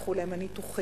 נדחו להם הניתוחים,